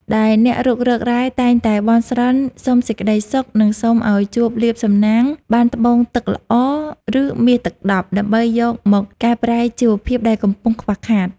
ដែលអ្នករុករករ៉ែតែងតែបន់ស្រន់សុំសេចក្តីសុខ និងសុំឱ្យជួបលាភសំណាងបានត្បូងទឹកល្អ ឬមាសទឹកដប់ ដើម្បីយកមកកែប្រែជីវភាពដែលកំពុងខ្វះខាត។